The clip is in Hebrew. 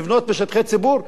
לבנות בשטחי ציבור.